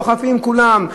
דוחפים את כולם,